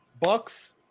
Bucks